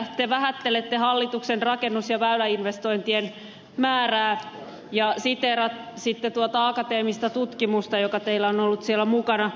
te vähättelette hallituksen rakennus ja väyläinvestointien määrää ja siteerasitte tuota akateemista tutkimusta joka teillä on ollut siellä mukana